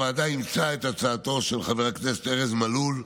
הוועדה אימצה את הצעתו של חבר הכנסת ארז מלול,